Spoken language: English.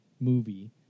movie